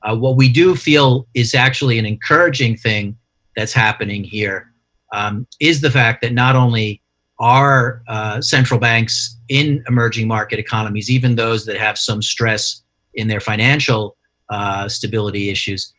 ah what we do feel is actually an encouraging thing that's happening here is the fact that not only are central banks in emerging market economies, even those that have some stress in their financial stability issues,